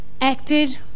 acted